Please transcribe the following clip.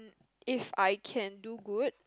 if I can do good